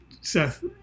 Seth